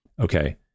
okay